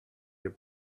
your